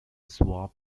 swap